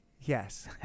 yes